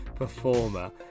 performer